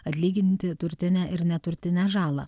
atlyginti turtinę ir neturtinę žalą